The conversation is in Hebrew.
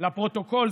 לפרוטוקול,